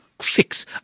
fix